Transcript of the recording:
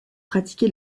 pratiqué